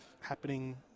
happening